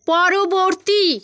পরবর্তী